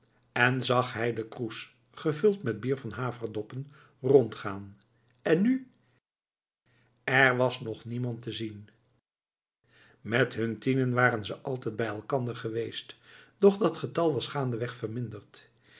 en zag hij den kroes gevuld met bier van haverdoppen rond gaan en nu er was nog niemand te zien met hun tienen waren ze altijd bij elkander geweest doch dat getal was gaandeweg verminderd